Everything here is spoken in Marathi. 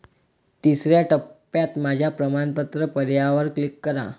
तिसर्या टप्प्यात माझ्या प्रमाणपत्र पर्यायावर क्लिक करा